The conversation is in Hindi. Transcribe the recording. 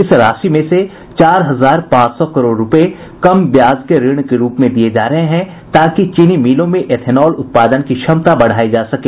इस राशि में से चार हजार पांच सौ करोड़ रुपये कम ब्याज के ऋण के रूप में दिये जा रहे हैं ताकि चीनी मिलों में एथेनॉल उत्पादन की क्षमता बढ़ाई जा सके